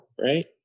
Right